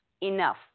enough